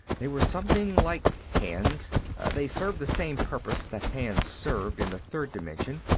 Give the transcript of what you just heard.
they were something like hands they served the same purpose that hands served in the third dimension.